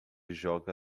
joga